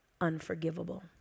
unforgivable